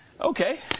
Okay